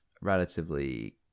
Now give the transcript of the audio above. relatively